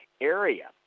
area